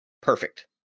perfect